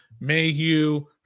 Mayhew